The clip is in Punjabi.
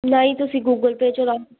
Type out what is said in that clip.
ਨਾ ਹੀ ਤੁਸੀਂ ਗੂਗਲ ਪੇ ਚਲਾਇਆ